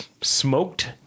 Smoked